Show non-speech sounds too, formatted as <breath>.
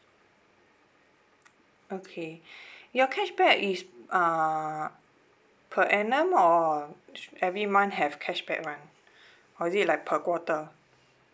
okay <breath> your cashback is uh per annum or every month have cashback [one] or is it like per quarter